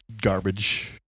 garbage